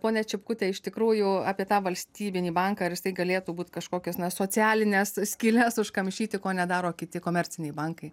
ponia čipkute iš tikrųjų apie tą valstybinį banką ar jisai galėtų būt kažkokias na socialines skyles užkamšyti ko nedaro kiti komerciniai bankai